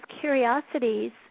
curiosities